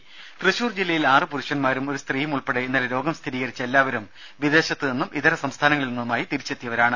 രുമ തൃശൂർ ജില്ലയിൽ ആറ് പുരുഷൻമാരും ഒരു സ്ത്രീയുമുൾപ്പെടെ ഇന്നലെ രോഗം സ്ഥിരീകരിച്ച എല്ലാവരും വിദേശത്ത് നിന്നും ഇതരസംസ്ഥാനങ്ങളിൽ നിന്നുമായി തിരിച്ചെത്തിയവരാണ്